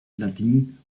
latín